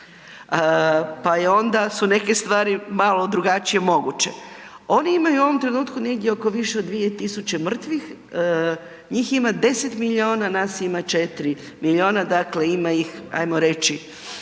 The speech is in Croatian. pa je onda su neke stvari malo drugačije moguće. Oni imaju u ovom trenutku negdje oko više od 2.000 mrtvih, njih ima 10 miliona, nas ima 4 miliona, dakle ima ih ajmo reći